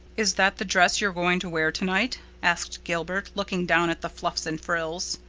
is that the dress you're going to wear tonight? asked gilbert, looking down at the fluffs and frills.